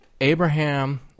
Abraham